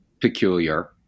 peculiar